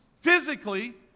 physically